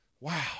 Wow